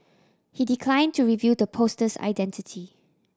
he decline to reveal the poster's identity